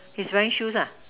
he's wearing shoes ah